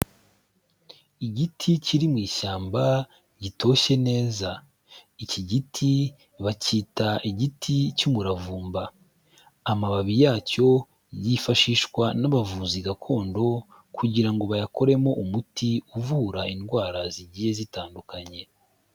Igiti kiri mu ishyamba gitoshye neza, iki giti bacyita igiti cy'umuravumba. Amababi yacyo yifashishwa n'abavuzi gakondo kugira ngo bayakoremo umuti uvura indwara zigiye zitandukanye.